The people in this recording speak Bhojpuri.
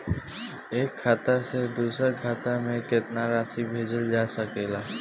एक खाता से दूसर खाता में केतना राशि भेजल जा सके ला?